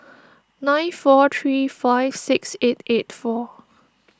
nine four three five six eight eight four